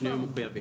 בשינויים המחויבים,